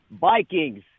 Vikings